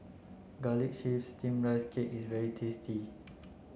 garlic chives steamed rice cake is very tasty